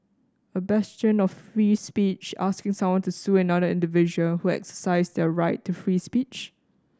a bastion of free speech asking someone to sue another individual who exercised their right to free speech